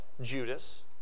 Judas